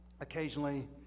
occasionally